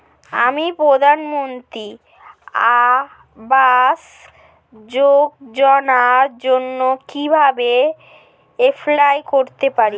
আমি প্রধানমন্ত্রী আবাস যোজনার জন্য কিভাবে এপ্লাই করতে পারি?